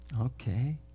Okay